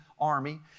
army